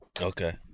Okay